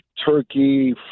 turkey